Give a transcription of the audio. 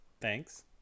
thanks